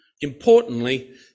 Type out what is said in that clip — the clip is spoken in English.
Importantly